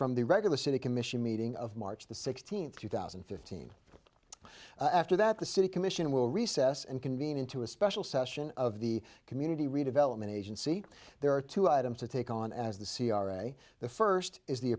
from the regular city commission meeting of march the sixteenth two thousand and fifteen after that the city commission will recess and convene into a special session of the community redevelopment agency there are two items to take on as the c r a the first is the